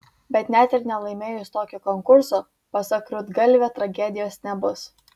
bet net ir nelaimėjus tokio konkurso pasak rudgalvio tragedijos nebus